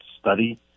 study